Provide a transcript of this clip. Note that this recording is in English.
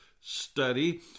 study